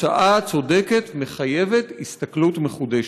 התוצאה הצודקת מחייבת הסתכלות מחודשת.